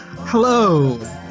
Hello